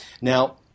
Now